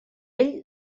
ell